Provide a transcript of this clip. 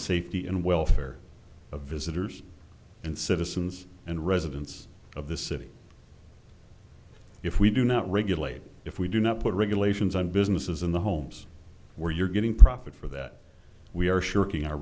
safety and welfare of visitors and citizens and residents of this city if we do not regulate if we do not put regulations on businesses in the homes where you're getting profit for that we are sure king our